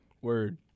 Word